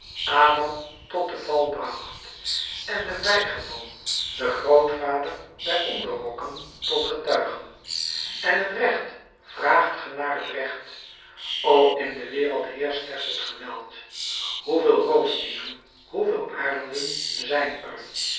adam tot den val bracht en den vijgeboom den grootvader der onderrokken tot getuigen en het recht vraagt ge naar het recht o in de wereld heerscht slechts het geweld hoeveel roofdieren hoeveel arenden zijn er